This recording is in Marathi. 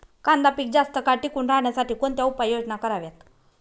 कांदा पीक जास्त काळ टिकून राहण्यासाठी कोणत्या उपाययोजना कराव्यात?